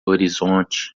horizonte